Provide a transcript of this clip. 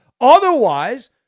Otherwise